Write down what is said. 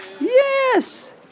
Yes